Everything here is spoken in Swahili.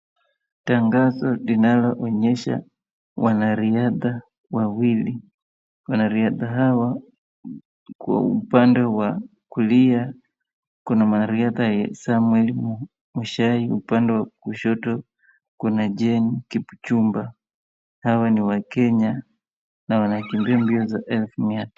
Tangazo linaloonyesha wanariadha wawili. Wanariadha hawa kwa upande wa kulia kuna mwanariadha Samuel Mushai. Upande wa kushoto kuna Jean Kipchumba. Hawa ni wakenya na wanakimbia mbio za elfu mia tano.